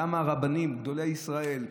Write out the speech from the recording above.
למה הרבנים, גדולי ישראל,